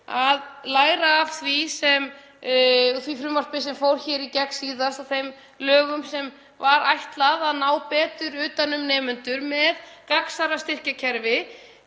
og læra af því frumvarpi sem fór hér í gegn síðast og þeim lögum sem var ætlað að ná betur utan um nemendur með gagnsærra styrkjakerfi,